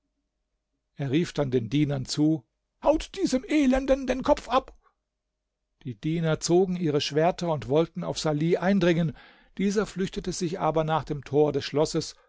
er rief dann den dienern zu haut diesem elenden den kopf ab die diener zogen ihre schwerter und wollten auf salih eindringen dieser flüchtete sich aber nach dem tor des schlosses